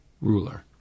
ruler